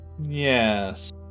Yes